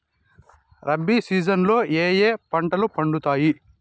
rabi season లో ఏ ఏ పంటలు పండుతాయి